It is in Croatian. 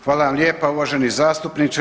Hvala vam lijepa uvaženi zastupniče.